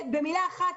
במילה אחת,